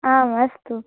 आम् अस्तु